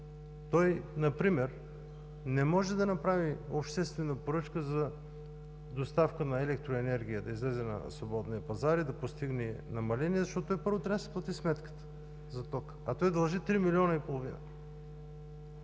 той например не може да направи обществена поръчка за доставка на електроенергия, да излезе на свободния пазар и да постигне намаление, защото, първо, трябва си плати сметката за тока. А той дължи 3 милиона и половина!